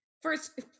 First